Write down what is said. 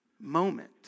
moment